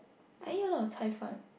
I eat a lot of Cai Fan